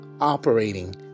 operating